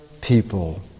people